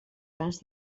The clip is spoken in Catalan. grans